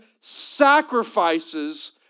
sacrifices